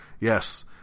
Yes